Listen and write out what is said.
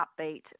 upbeat